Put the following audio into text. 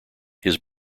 his